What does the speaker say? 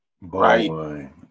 Right